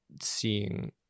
seeing